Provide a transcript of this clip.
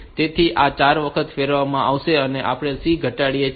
તેથી આ 4 વખત ફેરવવામાં આવશે અને આપણે C ઘટાડીએ છીએ